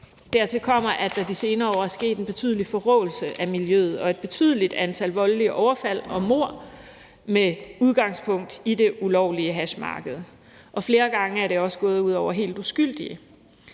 dertil kommer, at der i de senere år er sket en betydelig forråelse af miljøet og et betydeligt antal voldelige overfald og mord med udgangspunkt i det ulovlige hashmarked, og flere gange er det også gået ud over helt uskyldige.